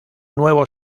nuevo